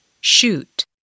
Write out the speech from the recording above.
shoot